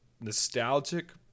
nostalgic